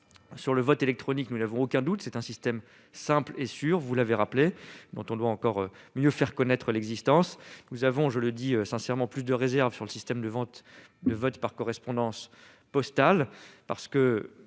sur le vote électronique, nous n'avons aucun doute, c'est un système simple et sûr, vous l'avez rappelé dont on doit encore mieux faire connaître l'existence nous avons, je le dis sincèrement plus de réserves sur le système de vente le vote par correspondance postale parce que